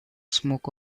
smoke